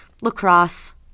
lacrosse